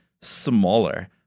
smaller